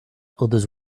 others